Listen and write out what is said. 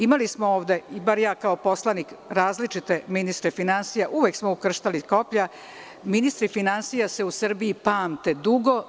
Imali smo ovde različite ministre finansija, uvek smo ukrštali koplja, ministri finansija se u Srbiji pamte dugo.